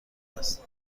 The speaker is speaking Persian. است